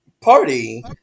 party